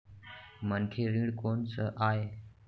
मनखे ऋण कोन स आय?